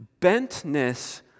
bentness